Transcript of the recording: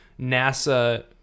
NASA